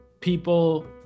people